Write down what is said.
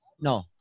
No